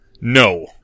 No